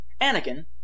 Anakin